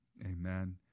Amen